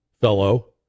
fellow